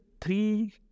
three